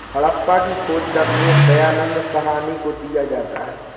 हड़प्पा की खोज का श्रेय दयानन्द साहनी को दिया जाता है